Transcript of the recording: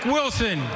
Wilson